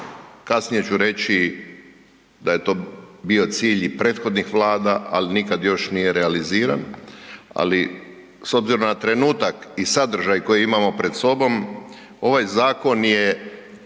Kasnije ću reći da je to bio cilj i prethodnih Vlada, al nikad još nije realiziran, ali s obzirom na trenutak i sadržaj koji imamo pred sobom ovaj zakon je